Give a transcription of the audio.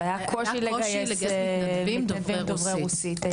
היה קושי לגייס מתנדבים דוברי רוסית,